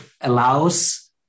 allows